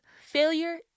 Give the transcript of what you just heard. Failure